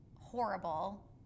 horrible